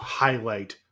highlight